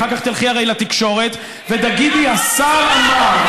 אחר כך הרי תלכי לתקשורת ותגידי: השר אמר,